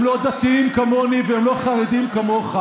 הם לא דתיים כמוני והם לא חרדים כמוך.